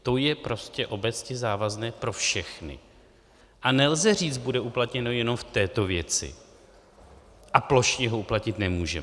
To je prostě obecně závazné pro všechny a nelze říct: bude uplatněno jenom v této věci a plošně ho uplatnit nemůžeme.